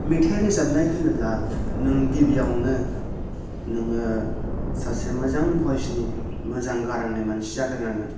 मेथाइ रोजाबनाय होनोब्ला नों गिबियावनो नोङो सासे मोजां भइसनि मोजां गारांनि मानसि जागोरनांगोन